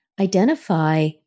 identify